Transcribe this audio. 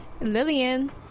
lillian